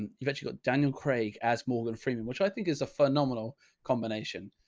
and you've actually got daniel craig as morgan freeman, which i think is a phenomenal combination.